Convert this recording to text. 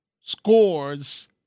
scores